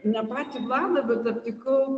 ne patį vladą bet aptikau